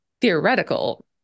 theoretical